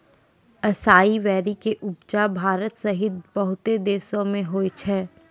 असाई वेरी के उपजा भारत सहित बहुते देशो मे होय छै